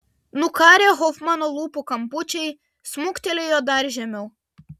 nukarę hofmano lūpų kampučiai smuktelėjo dar žemiau